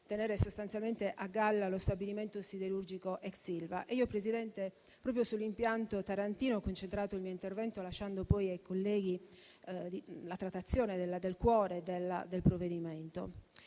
tenere sostanzialmente a galla lo stabilimento siderurgico ex Ilva. E io, Presidente, proprio sull'impianto tarantino ho concentrato il mio intervento, lasciando poi ai colleghi la trattazione del cuore del provvedimento.